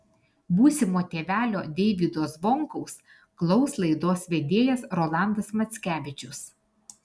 būsimo tėvelio deivydo zvonkaus klaus laidos vedėjas rolandas mackevičius